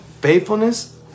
faithfulness